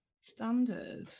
Standard